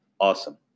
Awesome